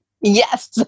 Yes